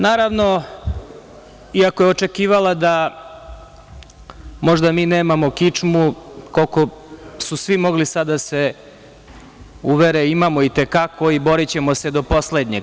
Naravno, iako je očekivala da možda mi nemamo kičmu, koliko su svi mogli sada da se uvere, imamo i te kako i borićemo se do poslednjeg.